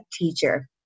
teacher